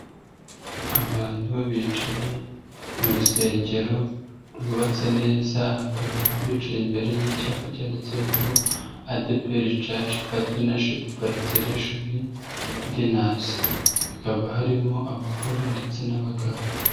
Abantu bicaye mu rusengero rwubatse neza, hakaba bicaye imbere y'icyapa cyanditseho ngo ADEPR church partnership celebration dinner, hakaba harimo abagore ndetse n'abagabo.